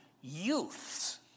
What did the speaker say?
youths